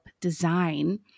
design